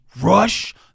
Rush